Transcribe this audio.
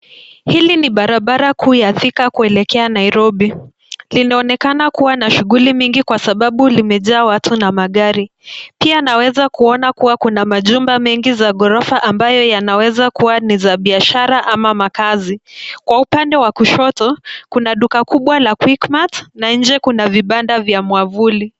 Hili ni barabara kuu ya Thika kuelekea Nairobi. Linaonekana kuwa na shughuli mingi kwa sababu limejaa watu na magari. Pia naweza kuona kuwa kuna majumba mengi za ghorofa ambayo yanaweza kuwa ni za biashara ama makazi. Kwa upande wa kushoto, kuna duka kubwa la QuickMart na nje kuna vibanda vya mwavuli.